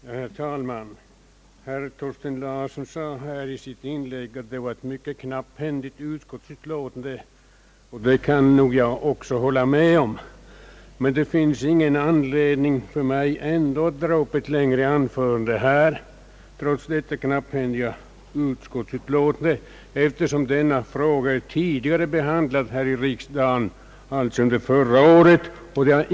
Herr talman! Herr Thorsten Larsson sade i sitt inlägg, att det här föreligger ett mycket knapphändigt utskottsutlåtande. Det kan nog jag också hålla med om, men det finns ingen anledning för mig att dra upp ett längre anförande här trots detta knapphändiga utskottsutlåtande, eftersom denna fråga tidigare behandlats här i riksdagen, närmare bestämt under förra året.